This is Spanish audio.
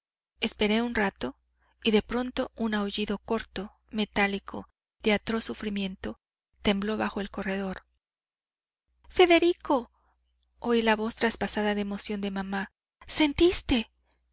esperé un rato y de pronto un aullido corto metálico de atroz sufrimiento tembló bajo el corredor federico oí la voz traspasada de emoción de mamá sentiste